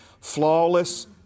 flawless